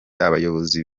abayobozi